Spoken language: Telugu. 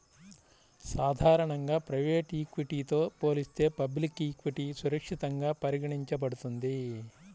సాధారణంగా ప్రైవేట్ ఈక్విటీతో పోలిస్తే పబ్లిక్ ఈక్విటీ సురక్షితంగా పరిగణించబడుతుంది